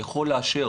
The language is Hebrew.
יכול לאשר